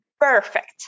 perfect